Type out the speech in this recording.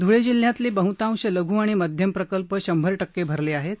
धुळे जिल्ह्यातले बह्तांश लघ् आणि मध्यम प्रकल्प शंभर टक्के भरलेआहेत